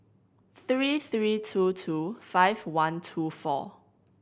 three three two two five one two four